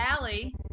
Allie